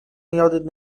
یادت